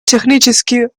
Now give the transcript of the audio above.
технически